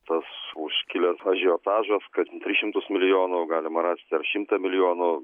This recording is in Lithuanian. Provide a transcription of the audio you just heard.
tas užkilęs ažiotažas kad tris šimtus milijonų galima rasti ar šimtą milijonų